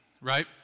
right